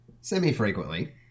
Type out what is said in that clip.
Semi-frequently